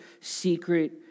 secret